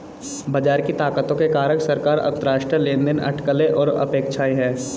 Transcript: बाजार की ताकतों के कारक सरकार, अंतरराष्ट्रीय लेनदेन, अटकलें और अपेक्षाएं हैं